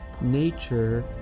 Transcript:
Nature